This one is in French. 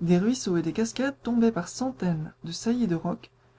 des ruisseaux et des cascades tombaient par centaines des saillies de rocs